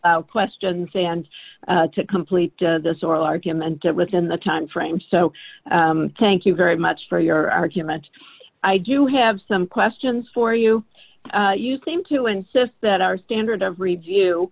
e questions and to complete this oral argument that within the time frame so thank you very much for your argument i do have some questions for you you seem to insist that our standard of review